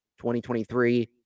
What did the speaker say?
2023